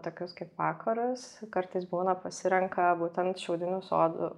tokius kaip vakarus kartais būna pasirenka būtent šiaudinių sodų